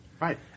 Right